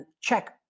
check